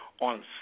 on